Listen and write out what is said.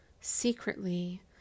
secretly